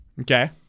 Okay